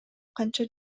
канча